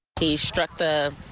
he struck the.